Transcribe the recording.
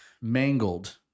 mangled